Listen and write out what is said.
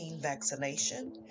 vaccination